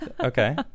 Okay